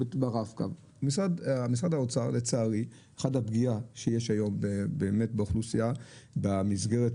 משרד האוצר לצערי אחת הפגיעות שיש היום באוכלוסייה במסגרת